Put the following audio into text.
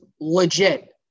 legit